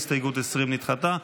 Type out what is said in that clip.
הסתייגות 20 נדחתה.